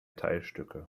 teilstücke